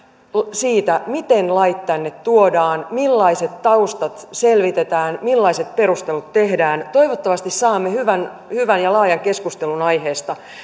siitä miten lait tänne tuodaan millaiset taustat selvitetään millaiset perustelut tehdään toivottavasti saamme hyvän hyvän ja laajan keskustelun aiheesta